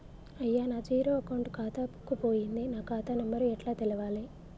అయ్యా నా zero account ఖాతా బుక్కు పోయింది నా ఖాతా నెంబరు ఎట్ల తెలవాలే?